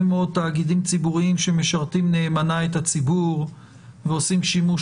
מאוד תאגידים ציבוריים שמשרתים נאמנה את הציבור ועושים שימוש